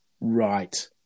Right